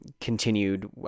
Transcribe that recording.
continued